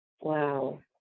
wow